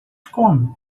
como